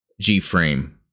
G-Frame